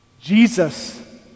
Jesus